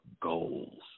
goals